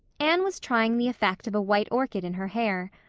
anne was trying the effect of a white orchid in her hair.